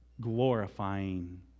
glorifying